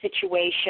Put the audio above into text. situation